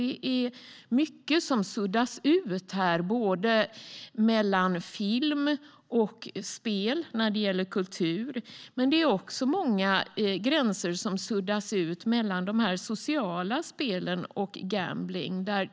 Det är mycket som suddas ut mellan film och spel när det gäller kultur, men det är också många gränser som suddas ut mellan de sociala spelen och gambling.